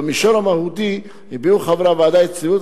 במישור המהותי הביעו חברי הוועדה אי-שביעות